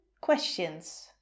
questions